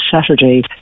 Saturday